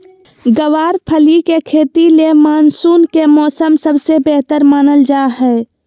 गँवार फली के खेती ले मानसून के मौसम सबसे बेहतर मानल जा हय